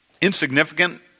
insignificant